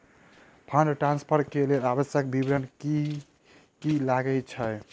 Fund transfer केँ लेल आवश्यक विवरण की की लागै छै?